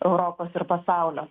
europos ir pasaulio